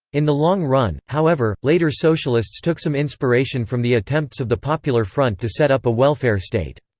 in the long run, however, later socialists took some inspiration from the attempts of the popular front to set up a welfare state.